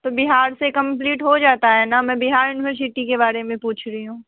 तो बिहार से कंप्लीट हो जाता है ना मैं बिहार यूनिवर्सिटी के बारे में पूछ रही हूॅं